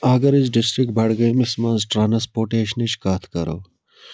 اَگر أسۍ ڈِسٹرک بڈگٲمِس منٛز ٹرانَسپوٹیچنٕچ کَتھ کرو